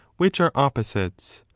which are opposites,